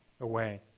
away